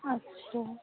अच्छा